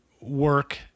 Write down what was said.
work